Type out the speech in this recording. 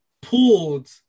pulled